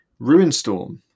Ruinstorm